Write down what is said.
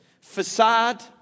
facade